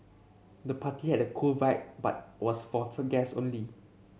the party had a cool vibe but was for food guests only